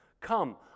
Come